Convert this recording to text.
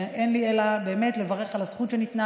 ואין לי אלא באמת לברך על הזכות שניתנה